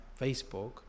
Facebook